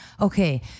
okay